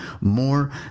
more